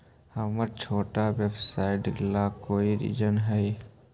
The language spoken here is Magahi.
हमर छोटा व्यवसाय ला कोई ऋण हई?